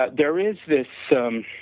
ah there is this um